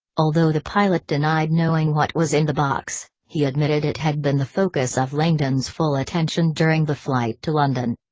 although the pilot denied knowing what was in the box, he admitted it had been the focus of langdon's full attention during the flight to london.